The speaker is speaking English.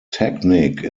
technique